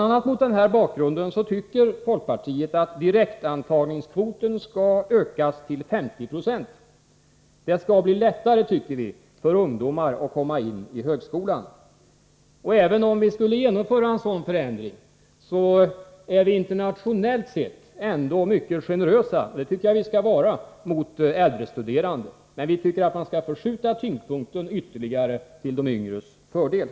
a. mot den här bakgrunden tycker folkpartiet att direktantagningskvoten skall ökas till 50 96. Vi menar att det bör bli lättare för ungdomar att komma in på högskolan. Även om vi skulle genomföra en sådan förändring är vi internationellt sett ändå mycket generösa, och det tycker vi att man skall vara, mot äldre studerande. Vi tycker dock att man skall förskjuta tyngdpunkten ytterligare till de yngres fördel.